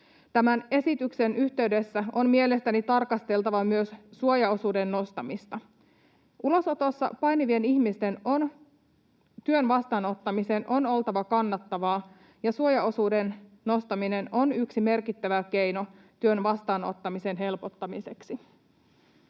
Tämän esityksen yhteydessä on mielestäni tarkasteltava myös suojaosuuden nostamista. Ulosotossa painivien ihmisten työn vastaanottamisen on oltava kannattavaa, ja suojaosuuden nostaminen on yksi merkittävä keino työn vastaanottamisen helpottamiseksi.